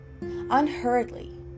unhurriedly